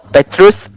Petrus